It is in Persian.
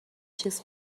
چیز